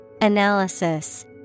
Analysis